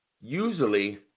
usually